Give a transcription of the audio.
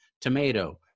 tomato